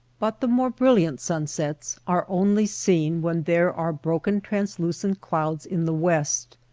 but the more brilliant sunsets are only seen when there are broken translucent clouds in the west.